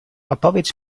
opowiedz